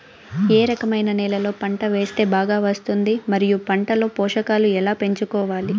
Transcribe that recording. ఏ రకమైన నేలలో పంట వేస్తే బాగా వస్తుంది? మరియు పంట లో పోషకాలు ఎలా పెంచుకోవాలి?